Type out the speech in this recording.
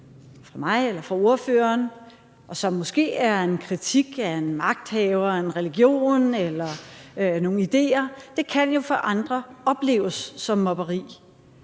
fra mig eller fra ordføreren, og som måske er en kritik af en magthaver, en religion eller nogle idéer, kan jo for andre opleves som mobberi.